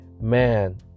man